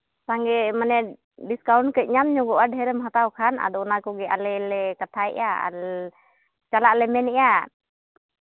ᱥᱟᱸᱜᱮ ᱢᱟᱱᱮ ᱰᱤᱥᱠᱟᱣᱩᱱᱴ ᱠᱟᱹᱡ ᱧᱟᱢ ᱧᱚᱜᱚᱜᱼᱟ ᱰᱷᱮᱨ ᱮᱢ ᱦᱟᱛᱟᱣ ᱠᱷᱟᱱ ᱟᱫᱚ ᱚᱱᱟ ᱠᱚᱜᱮ ᱟᱞᱮ ᱞᱮ ᱠᱟᱛᱷᱟᱭᱮᱜᱼᱟ ᱟᱨ ᱪᱟᱞᱟᱜ ᱞᱮ ᱢᱮᱱᱮᱫᱼᱟ